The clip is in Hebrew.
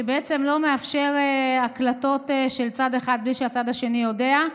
שבעצם לא מאפשר הקלטות של צד אחד בלי שהצד השני יודע.